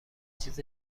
چیز